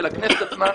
של הכנסת עצמה.